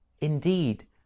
indeed